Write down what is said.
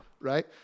Right